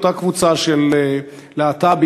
אותה קבוצה של להט"בים,